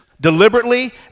Deliberately